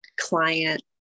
client